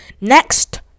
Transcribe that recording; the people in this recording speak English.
Next